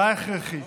רע הכרחי.